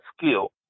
skill